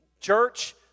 Church